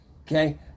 Okay